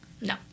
no